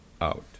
out